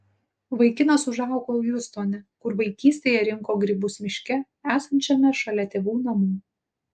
vaikinas užaugo hjustone kur vaikystėje rinko grybus miške esančiame šalia tėvų namų